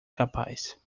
capaz